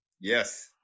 Yes